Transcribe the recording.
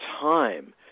time